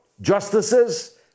justices